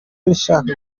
rishaka